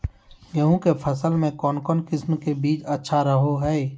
गेहूँ के फसल में कौन किसम के बीज अच्छा रहो हय?